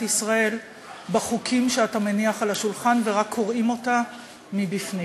ישראל בחוקים שאתה מניח על השולחן ורק קורעים אותה מבפנים.